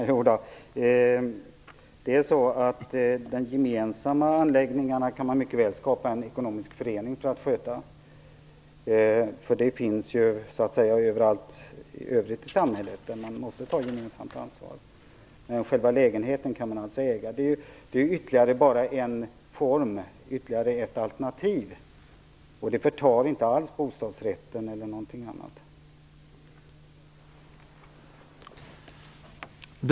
Herr talman! För skötseln av de gemensamma anläggningarna kan man mycket väl skapa en ekonomisk förening. Sådana finns överallt i samhället i övrigt där man måste ta ett gemensamt ansvar, men själva lägenheten kan man äga. Det är bara ytterligare ett alternativ, som inte alls inverkar negativt på bostadsrätten eller någon annan upplåtelseform.